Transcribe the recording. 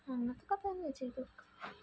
അങ്ങനെയൊക്കെ പണിയാണ് ചെയ്തു കൊടുക്കുന്നത്